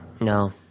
no